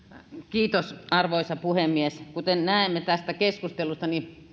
arvoisa puhemies kuten näemme tästä keskustelusta